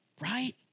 right